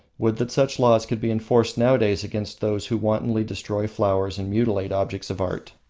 would that such laws could be enforced nowadays against those who wantonly destroy flowers and mutilate objects of art!